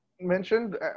mentioned